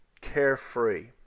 carefree